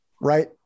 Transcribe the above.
Right